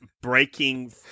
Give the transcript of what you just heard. Breaking